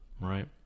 right